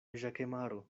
ĵakemaro